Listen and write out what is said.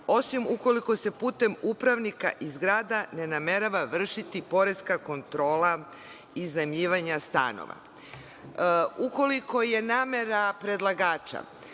osim ukoliko se putem upravnika i zgrada ne namerava vršiti poreska kontrola iznajmljivanja stanova. Ukoliko je namera predlagača